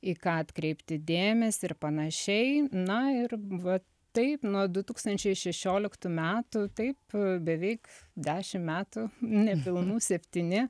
į ką atkreipti dėmesį ir panašiai na ir vat taip nuo du tūkstančiai šešioliktų metų taip beveik dešim metų nepilnų septyni